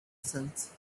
sense